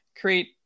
create